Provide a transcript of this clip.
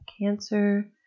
cancer